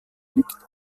liegt